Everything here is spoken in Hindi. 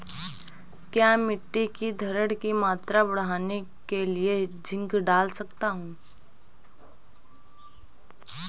क्या मिट्टी की धरण की मात्रा बढ़ाने के लिए जिंक डाल सकता हूँ?